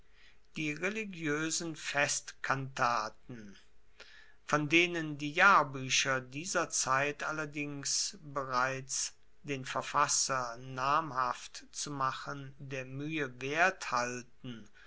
die religioesen festkantaten von denen die jahrbuecher dieser zeit allerdings bereits den verfasser namhaft zu machen der muehe wert halten